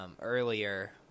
earlier